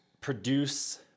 produce